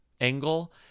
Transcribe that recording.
angle